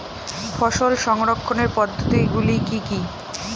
ফসল সংরক্ষণের পদ্ধতিগুলি কি কি?